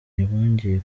ntibongeye